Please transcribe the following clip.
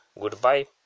goodbye